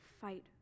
fight